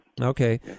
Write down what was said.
Okay